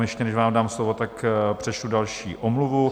Ještě než vám dám slovo, přečtu další omluvu.